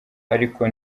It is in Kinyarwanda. ariko